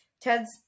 Ted's